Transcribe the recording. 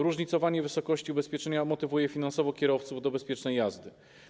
Różnicowanie wysokości ubezpieczenia motywuje finansowo kierowców do bezpiecznej jazdy.